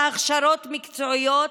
בהכשרות מקצועיות,